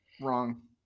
wrong